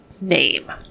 name